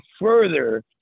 further